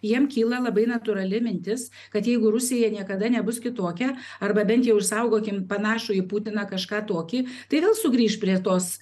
jiem kyla labai natūrali mintis kad jeigu rusija niekada nebus kitokia arba bent jau išsaugokim panašų į putiną kažką tokį tai vėl sugrįš prie tos